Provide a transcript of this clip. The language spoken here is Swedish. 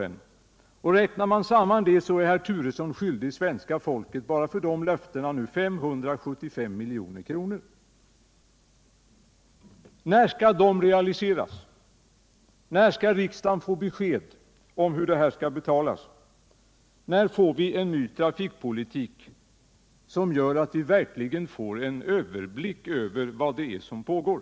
Räknar man samman allt detta, finner man att herr Turesson nu är skyldig svenska folket en redovisning för 575 milj.kr. enbart för de löftena. Men när skall löftena realiseras? När får riksdagen besked om hur allt detta skall betalas? När får vi en ny trafikpolitik, som ger oss en överblick över vad det är som pågår?